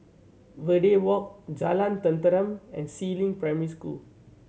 Verde Walk Jalan Tenteram and Si Ling Primary School